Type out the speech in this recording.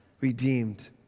redeemed